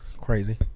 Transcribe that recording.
Crazy